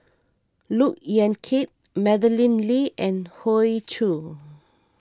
Look Yan Kit Madeleine Lee and Hoey Choo